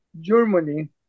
Germany